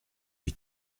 lui